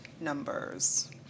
numbers